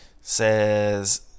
says